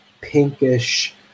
pinkish